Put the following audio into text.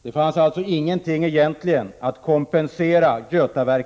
Det f: vi försöker a ett rimligt skattetryck och rättvisa skatter.